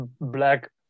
Black